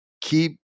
keep